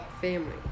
family